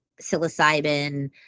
psilocybin